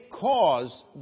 cause